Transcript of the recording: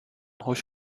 hoş